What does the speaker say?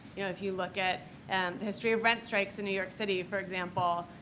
you know, if you look at and the history of rent strikes in new york city, for example,